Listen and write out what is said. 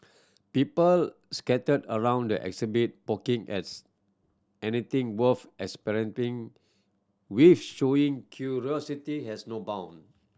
pupil scattered around the exhibit poking as anything worth experimenting with showing curiosity has no bound